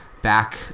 back